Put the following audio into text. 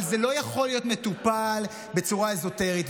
אבל זה לא יכול להיות מטופל בצורה אזוטרית,